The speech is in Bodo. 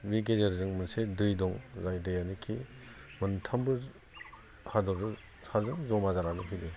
बेनि गेजेरजों मोनसे दै दं जाय दैयानाखि मोनथामबो हादरसाजों जमा जानानै फैदों